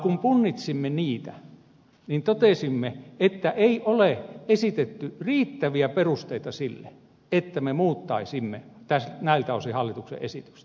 kun punnitsimme niitä niin totesimme että ei ole esitetty riittäviä perusteita sille että me muuttaisimme näiltä osin hallituksen esitystä